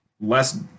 less